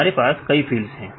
हमारे पास कई फील्ड्स हैं